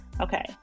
Okay